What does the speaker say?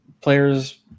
players